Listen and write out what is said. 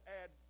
add